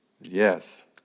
yes